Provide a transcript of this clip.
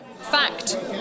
Fact